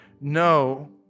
no